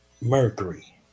Mercury